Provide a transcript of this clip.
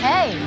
Hey